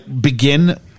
begin